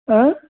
अएं